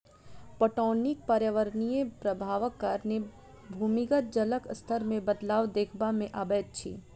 पटौनीक पर्यावरणीय प्रभावक कारणें भूमिगत जलक स्तर मे बदलाव देखबा मे अबैत अछि